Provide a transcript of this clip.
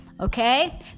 okay